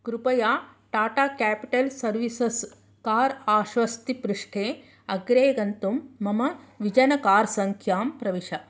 कृपया Tata Capital Services car आश्वस्थिपृष्ठे अग्रे गन्तुं मम विजन कार् सङ्ख्यां प्रविश